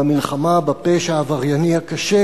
במלחמה בפשע העברייני הקשה: